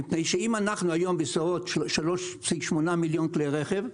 מפני שאם אנחנו היום בערך 3.8 מיליון כלי רכב,